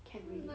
can already